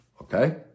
okay